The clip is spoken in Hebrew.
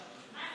אני